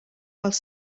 pels